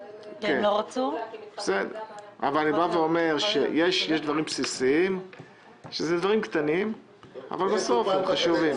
אבל הם --- יש דברים בסיסיים שהם דברים קטנים אבל בסוף הם חשובים.